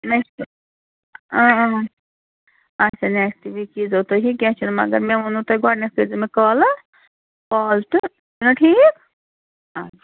نٮ۪کٕسٹہٕ آ آ اَچھا نٮ۪کٕسٹہٕ ویٖک ییٖزیٚو تُہی کیٚنٛہہ چھُنہٕ مگر مےٚ ووٚنمو تۄہہِ گۄڈنٮ۪تھ کٔرۍزیٚو مےٚ کالہٕ کال تہٕ چھُنا ٹھیٖک اَدٕ سا